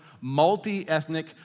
multi-ethnic